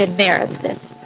and merit this